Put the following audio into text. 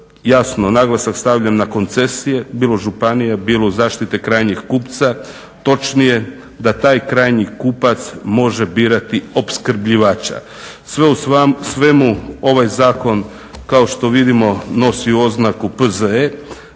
naglasak stavljam na koncesije bilo županije bilo zaštite krajnjih kupca, točnije da taj krajnji kupac može birati opskrbljivača. Sve u svemu ovaj zakon kao što vidimo nosi oznaku PZE